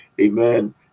amen